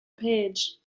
page